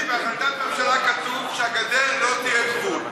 אלי, בהחלטת ממשלה כתוב שהגדר לא תהיה גבול.